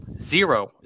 Zero